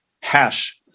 hash